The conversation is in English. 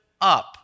up